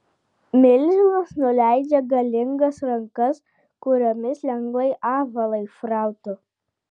milžinas nuleidžia galingas rankas kuriomis lengvai ąžuolą išrautų